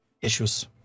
issues